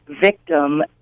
victim